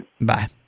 Bye